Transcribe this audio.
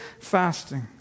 fasting